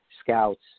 scouts